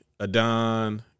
Adon